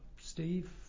Steve